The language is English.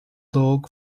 dog